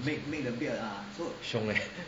siong leh